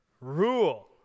rule